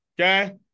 Okay